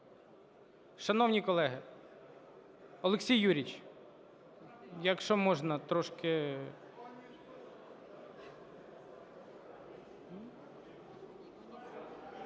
Шановні колеги, Олексій Юрійович, якщо можна, трошки…